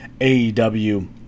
aew